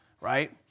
right